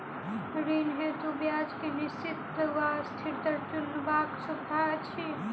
ऋण हेतु ब्याज केँ निश्चित वा अस्थिर दर चुनबाक सुविधा अछि